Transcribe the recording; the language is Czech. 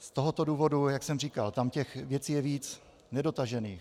Z tohoto důvodu, jak jsem říkal, tam těch věcí je víc, nedotažených.